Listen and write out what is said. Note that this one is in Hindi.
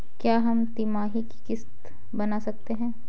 क्या हम तिमाही की किस्त बना सकते हैं?